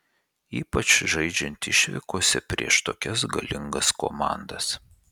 ypač žaidžiant išvykose prieš tokias galingas komandas